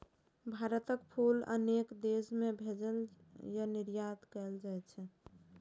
भारतक फूल अनेक देश मे भेजल या निर्यात कैल जाइ छै